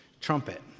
trumpet